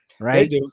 right